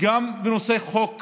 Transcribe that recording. שגם בנושא חוק קמיניץ,